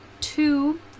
Two